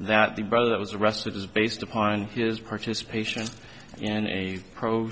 that the brother that was arrested is based upon his participation in a pro